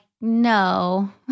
no